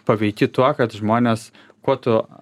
paveiki tuo kad žmonės kuo tu